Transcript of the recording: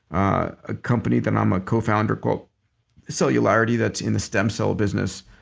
a company that i'm a co-founder called cellularity that's in the stem cell business.